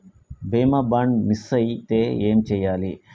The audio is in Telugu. బీమా బాండ్ మిస్ అయితే ఏం చేయాలి?